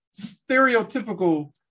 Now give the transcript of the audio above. stereotypical